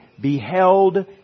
beheld